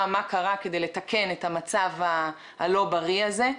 מה קרה כדי לתקן את המצב הלא בריא הזה.